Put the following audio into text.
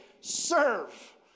serve